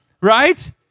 Right